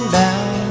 down